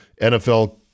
NFL